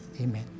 Amen